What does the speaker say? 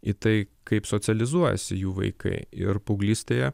į tai kaip socializuojasi jų vaikai ir paauglystėje